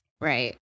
Right